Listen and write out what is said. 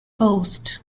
post